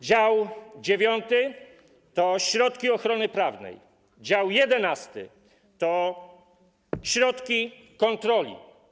Dział IX to środki ochrony prawnej, dział XI to środki kontroli.